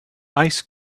ice